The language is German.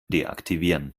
deaktivieren